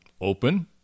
Open